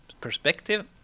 perspective